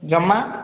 ଜମା